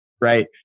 right